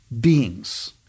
beings